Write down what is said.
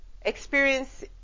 experience